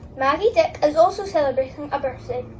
maggy dick is also celebrating a birthday.